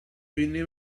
venne